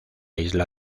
isla